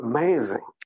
Amazing